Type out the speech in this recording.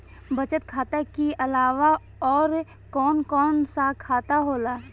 बचत खाता कि अलावा और कौन कौन सा खाता होला?